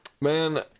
Man